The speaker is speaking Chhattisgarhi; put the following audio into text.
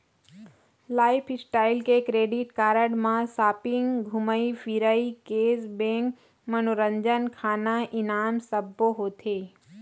लाईफस्टाइल क्रेडिट कारड म सॉपिंग, धूमई फिरई, केस बेंक, मनोरंजन, खाना, इनाम सब्बो होथे